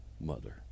mother